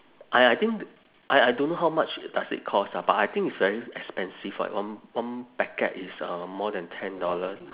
I I think I I don't know how much does it cost ah but I think it's very expensive [what] one one packet is uh more than ten dollar